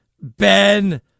Ben